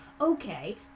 okay